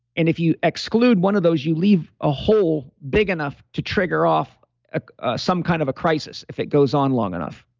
and if you exclude one of those, you leave a hole big enough to trigger off ah some kind of a crisis if it goes on long enough.